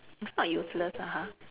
it's not useless ah ha